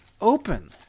open